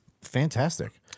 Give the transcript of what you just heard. fantastic